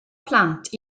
plant